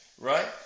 right